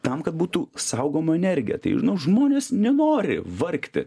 tam kad būtų saugoma energija tai žmonės nenori vargti